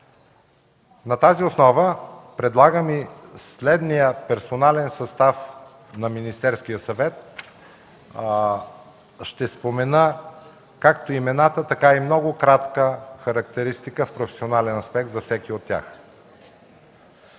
На тази основа предлагам и следния персонален състав на Министерския съвет – ще спомена както имената, така и много кратка характеристика в професионален аспект за всеки от тях: